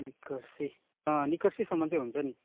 निकर्सी निकर्सीसम्म चाहिँ हुन्छ नि